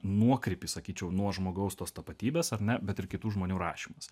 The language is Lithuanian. nuokrypį sakyčiau nuo žmogaus tos tapatybės ar ne bet ir kitų žmonių rašymas